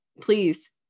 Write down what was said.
please